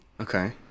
Okay